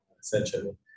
essentially